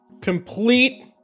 complete